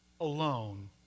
alone